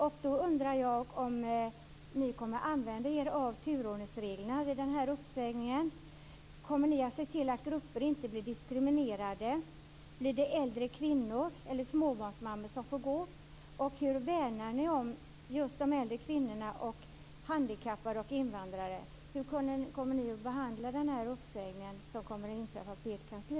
Jag undrar om ni då kommer att använda er av turordningsreglerna vid den uppsägningen. Kommer ni att se till att grupper inte blir diskriminerade? Blir det äldre kvinnor eller småbarnsmammor som får gå? Hur värnar ni om just de äldre kvinnorna, handikappade och invandrare? Hur kommer ni att behandla den uppsägning som inträffar på ert kansli?